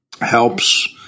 helps